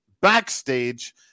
backstage